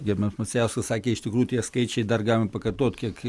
gerbiamas macijauskas sakė iš tikrųjų tie skaičiai dar galima pakartot kiek